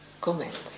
comments